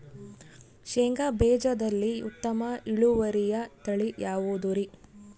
ಶೇಂಗಾ ಬೇಜದಲ್ಲಿ ಉತ್ತಮ ಇಳುವರಿಯ ತಳಿ ಯಾವುದುರಿ?